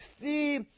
See